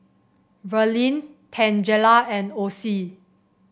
Verlin Tangela and Osie